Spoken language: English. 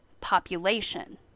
population